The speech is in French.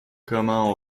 comment